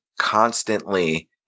constantly